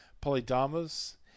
Polydamas